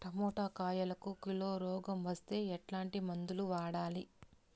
Tomato కాయలకు కిలో రోగం వస్తే ఎట్లాంటి మందులు వాడాలి?